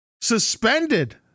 suspended